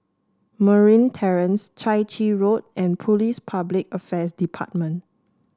Merryn Terrace Chai Chee Road and Police Public Affairs Department